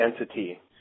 entity